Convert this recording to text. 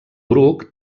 bruc